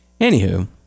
Anywho